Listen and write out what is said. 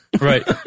Right